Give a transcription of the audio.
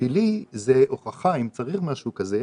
בשבילי זו הוכחה, אם צריך משהו כזה,